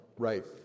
Right